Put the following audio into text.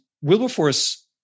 Wilberforce